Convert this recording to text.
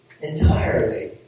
Entirely